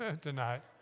tonight